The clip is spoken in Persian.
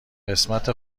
قسمت